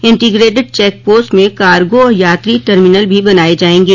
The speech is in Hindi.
इंटीग्रेटेट चेक पोस्ट में कार्गो और यात्री टर्मिनल भी बनाये जायेंगे